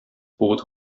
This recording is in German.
boot